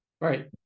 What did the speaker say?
Right